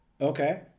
Okay